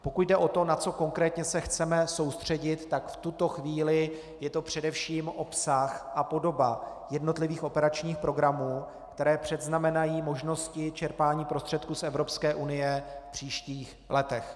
Pokud jde o to, na co konkrétně se chceme soustředit, tak v tuto chvíli je to především obsah a podoba jednotlivých operačních programů, které předznamenají možnosti čerpání prostředků z Evropské unie v příštích letech.